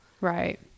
Right